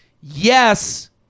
yes